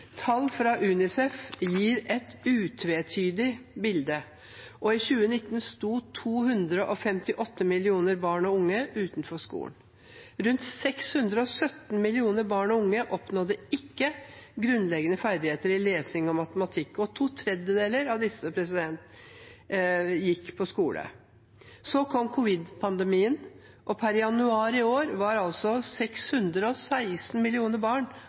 Tall fra UNICEF gir et utvetydig bilde. I 2019 sto 258 millioner barn og unge uten skolegang. Rundt 617 millioner barn og unge oppnådde ikke grunnleggende ferdigheter i lesing og matematikk, og to tredjedeler av disse gikk på skole. Så kom covid-pandemien, og per januar i år var altså 616 millioner barn